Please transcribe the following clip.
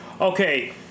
okay